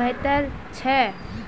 बेहतर छ